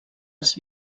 als